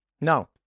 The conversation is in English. No